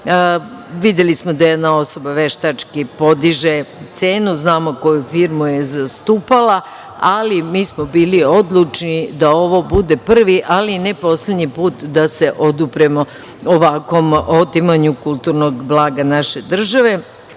Videli smo da jedna osoba veštački podiže cenu, znamo koju firmu je zastupala, ali mi smo bili odlučni da ovo bude prvi, ali ne i poslednji put da se odupremo ovakvom otimanju kulturnog blaga naše države.